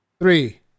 Three